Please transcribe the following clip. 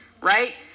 right